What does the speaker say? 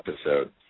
episode